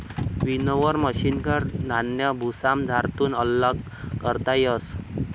winnower मशिनकन धान्य भुसामझारथून आल्लग करता येस